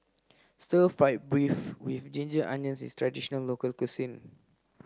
stir fried beef with ginger onions is a traditional local cuisine